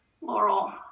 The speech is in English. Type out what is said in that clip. Laurel